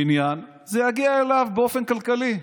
בניין, זה יגיע אליו, באופן כלכלי,